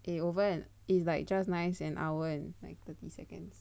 eh over eh it's like just nice an hour and like thirty seconds